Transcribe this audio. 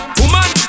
woman